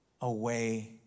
away